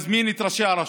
מזמין את ראשי הרשויות.